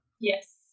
Yes